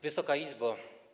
Wysoka Izbo!